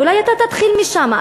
ואולי אתה תתחיל משם,